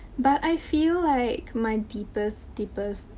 but i feel like my deepest, deepest,